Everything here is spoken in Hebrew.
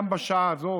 גם בשעה הזאת,